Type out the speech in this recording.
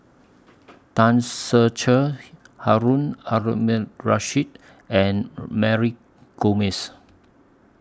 Tan Ser Cher Harun Aminurrashid and Mary Gomes